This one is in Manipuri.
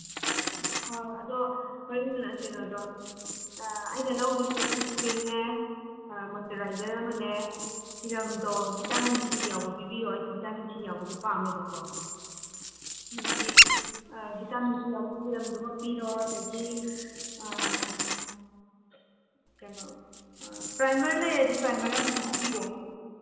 ꯍꯣꯏ ꯑꯗꯣ ꯀꯩꯅꯣꯗꯣ ꯑꯩꯅ ꯂꯧꯗꯣꯏꯁꯦ ꯁꯟꯏꯁꯀ꯭ꯔꯤꯟꯅꯦ ꯃꯣꯏꯆꯔꯥꯏꯖꯔ ꯑꯃꯅꯦ ꯁꯤꯔꯝꯗꯣ ꯚꯤꯇꯥꯃꯤꯟ ꯁꯤ ꯌꯥꯎꯕ ꯄꯤꯕꯤꯌꯣ ꯑꯩꯗꯤ ꯚꯤꯇꯥꯃꯤꯟ ꯁꯤ ꯌꯥꯎꯕꯗꯣ ꯄꯥꯝꯃꯦꯕꯀꯣ ꯑꯗꯒꯤ ꯚꯤꯇꯥꯃꯤꯟ ꯁꯤ ꯌꯥꯎꯕ ꯁꯤꯔꯝꯗꯨꯒ ꯄꯤꯔꯣ ꯑꯗꯒꯤ ꯀꯩꯅꯣ ꯄ꯭ꯔꯥꯏꯃꯔ ꯂꯩꯔꯗꯤ ꯄ꯭ꯔꯥꯏꯃꯔ ꯑꯃꯁꯨ ꯍꯥꯞꯄꯤꯔꯛꯑꯣ